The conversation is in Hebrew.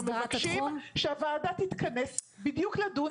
אנחנו מבקשים שהוועדה תתכנס בדיוק לדון בדברים האלה.